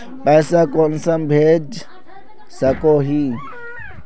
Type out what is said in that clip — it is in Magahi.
पैसा कुंसम भेज सकोही?